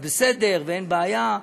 ובסדר ואין בעיה,